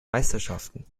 meisterschaften